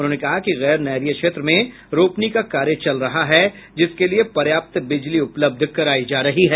उन्होंने कहा कि गैर नहरीय क्षेत्र में रोपनी का कार्य चल रहा है जिसके लिए पर्याप्त बिजली उपलब्ध करायी जा रही है